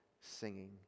singing